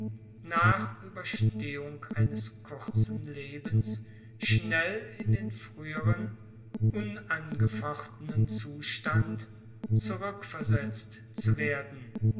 nach ueberstehung eines kurzen lebens schnell in den frühern unangefochtenen zustand zurückversetzt zu werden